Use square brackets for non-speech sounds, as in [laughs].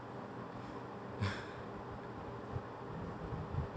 [laughs]